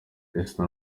esther